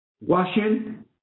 washing